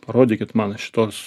parodykit man šitos